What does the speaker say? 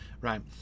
Right